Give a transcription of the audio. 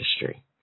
industry